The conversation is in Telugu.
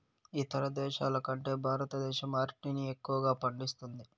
ఇతర దేశాల కంటే భారతదేశం అరటిని ఎక్కువగా పండిస్తుంది